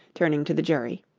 turning to the jury.